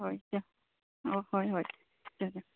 ꯍꯣꯏ ꯑꯣ ꯍꯣꯏ ꯍꯣꯏ